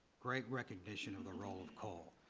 great recognition of the role of coal,